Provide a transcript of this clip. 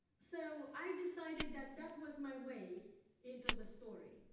so, i decided that that was my way into the story.